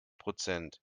prozent